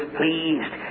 pleased